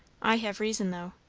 i have reason, though,